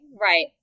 Right